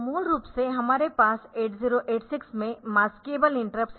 तो मूल रूप से हमारे पास 8086 में मास्केबल इंटरप्टस है